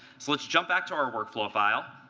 so let's jump back to our workflow file.